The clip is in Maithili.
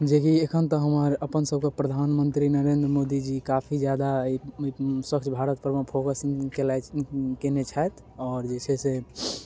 जे कि एखन तऽ हमर अपन सबके प्रधानमन्त्री नरेन्द्र मोदी जी काफी जादा अइ स्वच्छ भारतपर मे फोकस कयलथि कयने छथि आओर जे छै से